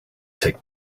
take